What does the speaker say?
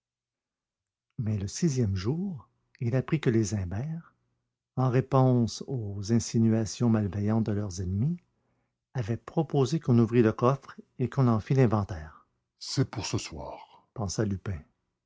mais le sixième jour il apprit que les imbert en réponse aux insinuations malveillantes de leurs ennemis avaient proposé qu'on ouvrît le coffre et qu'on en fît l'inventaire c'est pour ce soir pensa lupin